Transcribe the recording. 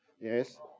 Yes